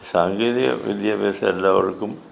സാങ്കേതികവിദ്യാഭ്യാസം എല്ലാവർക്കും